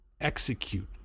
execute